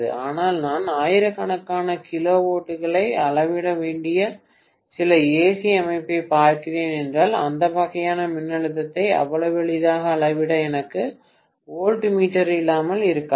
ஆனால் நான் ஆயிரக்கணக்கான கிலோவோல்ட்களை அளவிட வேண்டிய சில ஏசி அமைப்பைப் பார்க்கிறேன் என்றால் அந்த வகையான மின்னழுத்தத்தை அவ்வளவு எளிதாக அளவிட எனக்கு வோல்ட்மீட்டர் இல்லாமல் இருக்கலாம்